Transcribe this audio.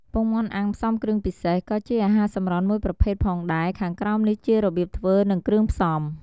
ពងមាន់អាំងផ្សំគ្រឿងពិសេស ក៏ជាអាហារសម្រន់មួយប្រភេទផងដែរ ខាងក្រោមនេះជារបៀបធ្វើនិងគ្រឿងផ្សំ។